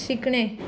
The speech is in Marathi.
शिकणे